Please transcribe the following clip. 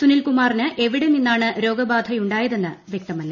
സുനിൽ കുമാറിന് എവിടെ നിന്നാണ് രോഗബാധയുണ്ടാ യതെന്ന് വൃക്തമല്ല